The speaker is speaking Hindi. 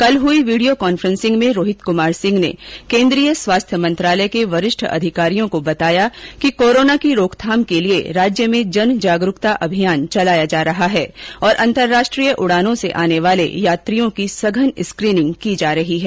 कल हुई वीडियो कांफ्रेंसिंग में रोहित कुमार सिंह ने केन्द्रीय स्वास्थ्य मंत्रालय के वरिष्ठ अधिकारियों को बताया कि कोरोना की रोकथाम के लिये राज्य में जन जागरूकता अभियान चलाया जा रहा है और अंतर्राष्ट्रीय उड़ानों से आने वाले यात्रियों की सघन स्क्रीनिंग की जा रही है